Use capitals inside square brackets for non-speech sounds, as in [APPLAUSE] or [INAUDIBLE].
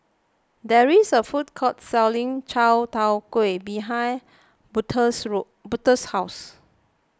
there is a food court selling Chai Tow Kuay behind Butler's [UNINTELLIGIBLE] Butler's house